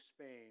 Spain